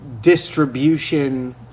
distribution